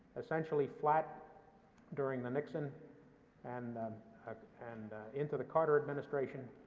essentially flat during the nixon and and into the carter administration,